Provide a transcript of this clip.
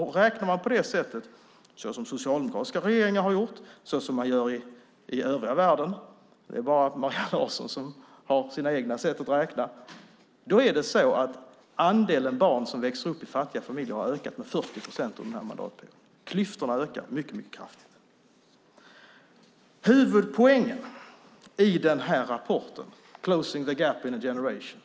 Så har socialdemokratiska regeringar räknat, och så gör man i övriga världen. Det är bara Maria Larsson som har sina egna sätt att räkna. Då har andelen barn som växer upp i fattiga familjer ökat med 40 procent under den här mandatperioden. Klyftorna har ökat mycket kraftigt. Det finns en huvudpoäng i den här rapporten, Closing the gap in a generation .